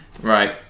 Right